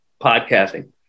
podcasting